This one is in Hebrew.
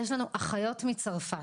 יש לנו אחיות מצרפת,